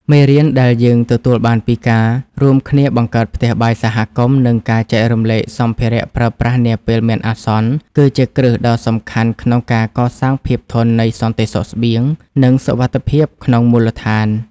មេរៀនដែលយើងទទួលបានពីការរួមគ្នាបង្កើតផ្ទះបាយសហគមន៍ និងការចែករំលែកសម្ភារៈប្រើប្រាស់នាពេលមានអាសន្ន គឺជាគ្រឹះដ៏សំខាន់ក្នុងការកសាងភាពធន់នៃសន្តិសុខស្បៀង និងសុវត្ថិភាពក្នុងមូលដ្ឋាន។